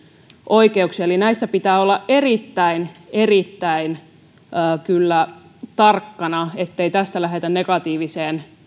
oikeuksia eli näissä pitää olla kyllä erittäin erittäin tarkkana ettei tässä lähdetä negatiiviseen